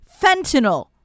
fentanyl